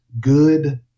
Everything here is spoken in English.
good